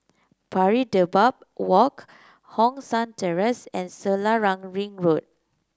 Pari Dedap Walk Hong San Terrace and Selarang Ring Road